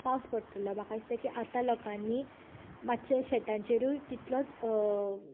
पावस पडटलो म्हाका दिसता की आतां लोकांनी मातशे शेतांचेरूय तितलोच